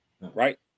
right